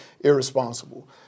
irresponsible